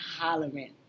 hollering